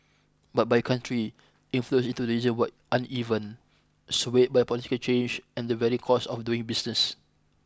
but by country inflows into the region were uneven swayed by political change and the varying costs of doing business